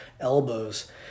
elbows